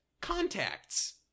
contacts